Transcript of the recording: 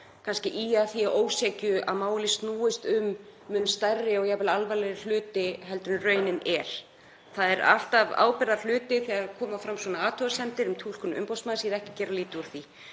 að ýja að því að ósekju að málið snúist um mun stærri og jafnvel alvarlegri hluti heldur en raunin er, að það er alltaf ábyrgðarhluti þegar koma fram svona athugasemdir um túlkun umboðsmanns, ég er ekki gera lítið úr því.